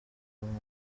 umwana